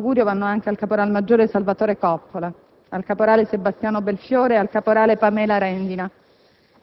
Un pensiero affettuoso e un augurio vanno anche al caporal maggiore Salvatore Coppola, al caporale Sebastiano Belfiore e al caporale Pamela Rendina,